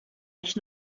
ich